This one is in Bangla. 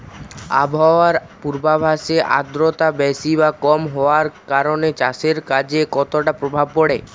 আবহাওয়ার পূর্বাভাসে আর্দ্রতা বেশি বা কম হওয়ার কারণে চাষের কাজে কতটা প্রভাব পড়ে?